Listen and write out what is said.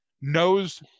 knows